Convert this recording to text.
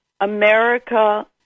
America